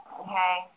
Okay